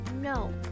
No